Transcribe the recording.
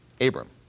Abram